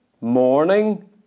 morning